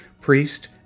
priest